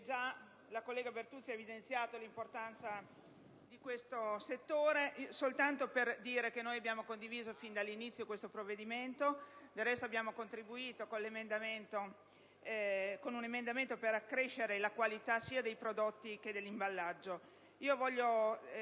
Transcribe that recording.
la collega Bertuzzi ha evidenziato l'importanza di questo settore. Abbiamo condiviso sin dall'inizio questo provvedimento. Del resto, abbiamo contribuito con un emendamento per accrescere la qualità sia dei prodotti che dell'imballaggio.